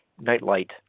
Nightlight